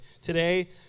Today